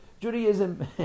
Judaism